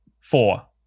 four